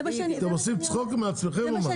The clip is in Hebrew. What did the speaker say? אתם עושים צחוק מעצמכם או מה?